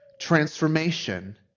transformation